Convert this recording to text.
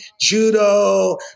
judo